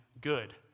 good